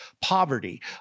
Poverty